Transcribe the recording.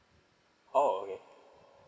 oh okay